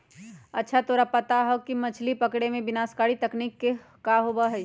अच्छा तोरा पता है मछ्ली पकड़े में विनाशकारी तकनीक का होबा हई?